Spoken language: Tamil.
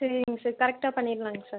சரிங்க சார் கரெக்டாக பண்ணிடலாங்க சார்